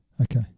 Okay